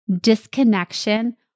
disconnection